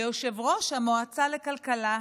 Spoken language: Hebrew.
ליושב-ראש המועצה לכלכלה.